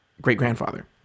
great-grandfather